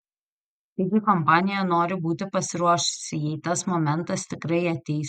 taigi kompanija nori būti pasiruošusi jei tas momentas tikrai ateis